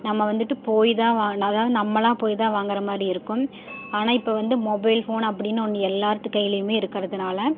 நம்ம வந்துட்டு போய் தான் வா அதாவது நம்மளாக போய் தான் வாங்குகிறமாரி இருக்கும் ஆனால் இப்போ வந்து மொபைல் ஃபோன் அப்படின்னு ஒன்று எல்லார்த்து கையிலையுமே இருக்கிறதுனால